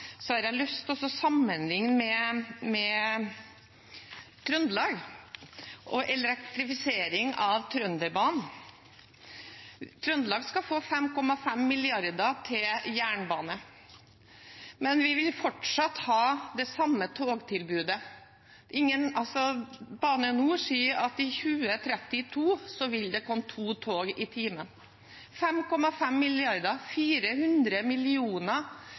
har jeg lyst til å sammenlikne med Trøndelag og elektrifisering av Trønderbanen. Trøndelag skal få 5,5 mrd. kr til jernbane, men vi vil fortsatt ha det samme togtilbudet. Bane NOR sier at i 2032 vil det komme to tog i timen. 5,5 mrd. kr – og det koster 400